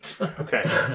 Okay